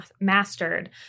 mastered